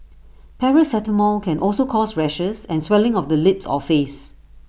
paracetamol can also cause rashes and swelling of the lips or face